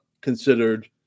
considered